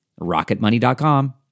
Rocketmoney.com